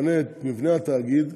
שמשנה את מבנה התאגיד,